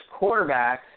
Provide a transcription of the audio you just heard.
quarterbacks